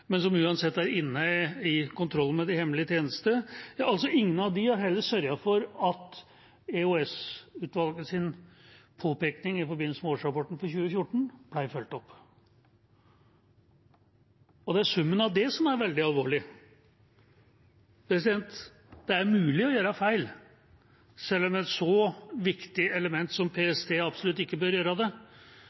men som uansett er inne i kontrollen med de hemmelige tjenester – har sørget for at EOS-utvalgets påpekning i forbindelse med årsrapporten for 2014 ble fulgt opp. Det er summen av det som er veldig alvorlig. Det er mulig å gjøre feil – selv om et så viktig element som PST absolutt ikke bør gjøre det